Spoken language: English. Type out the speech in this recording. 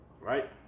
Right